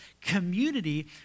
community